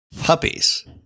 Puppies